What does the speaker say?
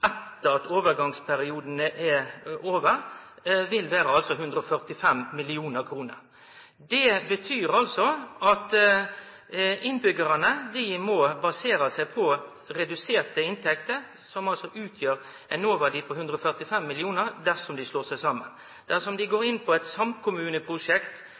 etter at overgangsperioden er over, vil vere 145 mill. kr. Det betyr at innbyggjarane må basere seg på reduserte inntekter, som altså utgjer ein noverdi på 145 mill. kr dersom kommunane slår seg saman. Dersom dei går